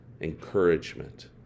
encouragement